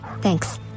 Thanks